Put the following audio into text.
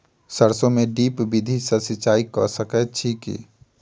सैरसो मे ड्रिप विधि सँ सिंचाई कऽ सकैत छी की?